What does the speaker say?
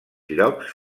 llocs